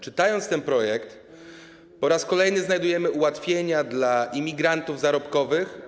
Czytając ten projekt, po raz kolejny znajdujemy ułatwienia dla imigrantów zarobkowych.